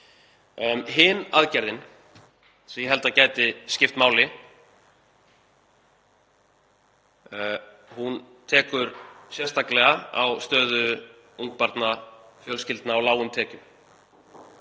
Hin aðgerðin, sem ég held að gæti skipt máli, tekur sérstaklega á stöðu ungbarnafjölskyldna með lágar tekjur.